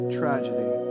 tragedy